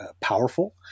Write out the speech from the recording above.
powerful